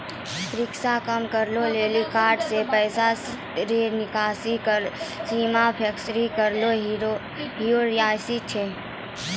risk कम करै लेली कार्ड से पैसा रो निकासी सीमा फिक्स करना होसियारि छिकै